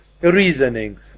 reasoning